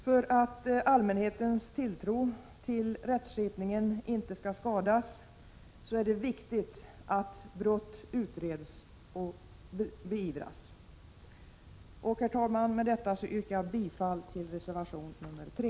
För att allmänhetens tilltro till rättskipningen inte skall skadas är det viktigt att brott utreds och beivras. Herr talman! Jag yrkar bifall till reservation 3.